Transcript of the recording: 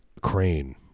crane